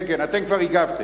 כן כן, אתם כבר הגבתם.